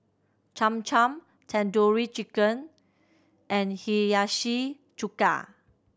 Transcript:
Cham Cham Tandoori Chicken and Hiyashi Chuka